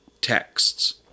texts